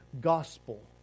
gospel